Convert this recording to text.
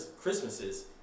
Christmases